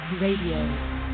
Radio